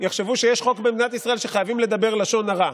יחשבו שיש חוק במדינת ישראל שחייבים לדבר לשון הרע,